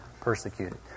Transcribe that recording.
persecuted